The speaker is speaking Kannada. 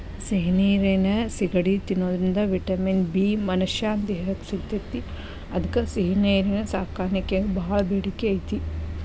ಸಿಹಿ ನೇರಿನ ಸಿಗಡಿ ತಿನ್ನೋದ್ರಿಂದ ವಿಟಮಿನ್ ಬಿ ಮನಶ್ಯಾನ ದೇಹಕ್ಕ ಸಿಗ್ತೇತಿ ಅದ್ಕ ಸಿಹಿನೇರಿನ ಸಾಕಾಣಿಕೆಗ ಬಾಳ ಬೇಡಿಕೆ ಐತಿ